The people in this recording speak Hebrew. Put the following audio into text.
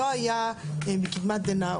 לא היה מקדמת דנא,